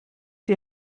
die